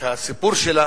הסיפור שלה